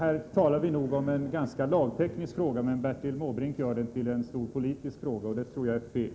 Vi talar nog här om en lagteknisk fråga. Bertil Måbrink gör den till en stor politisk fråga. Det tror jag är fel.